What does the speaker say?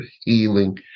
healing